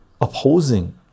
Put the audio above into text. opposing